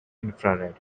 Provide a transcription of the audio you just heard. infrared